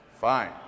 Fine